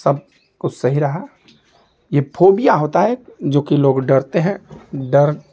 सबको सही रहा यह फोबिया होता है एक जो कि लोग डरते हैं डर